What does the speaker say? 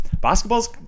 Basketball's